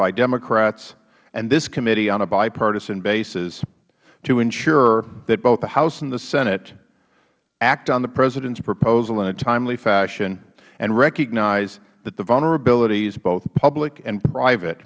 by democrats and this committee on a bipartisan basis to ensure that both the house and the senate act on the president's proposal in a timely fashion and recognize that the vulnerabilities both public and private